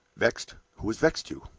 vexed? who has vexed you?